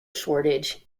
shortage